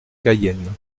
cayenne